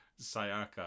Sayaka